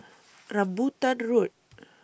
Rambutan Road